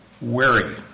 wary